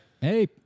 Hey